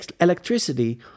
electricity